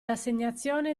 assegnazione